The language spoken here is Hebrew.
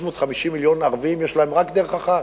350 מיליון ערבים, יש להם רק דרך אחת: